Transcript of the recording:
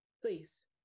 Please